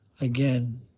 Again